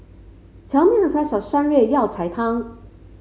tell me the price of Shan Rui Yao Cai Tang